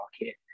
market